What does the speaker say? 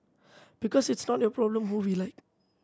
because it's not your problem who we like